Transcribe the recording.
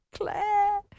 Claire